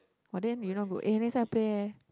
!wah! then you not good eh next time play eh